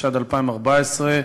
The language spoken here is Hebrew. התשע"ד 2014,